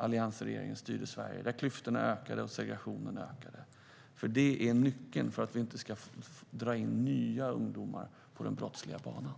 alliansregeringen styrde Sverige. Klyftorna ökade, och segregationen ökade. Detta är nyckeln till att vi inte ska dra in nya ungdomar på den brottsliga banan.